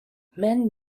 men